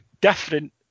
different